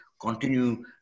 continue